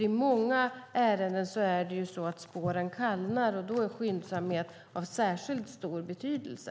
I många ärenden kallnar spåren, och då är skyndsamhet av särskilt stor betydelse.